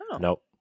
Nope